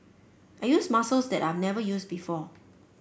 I used muscles that I've never used before